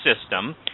system